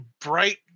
bright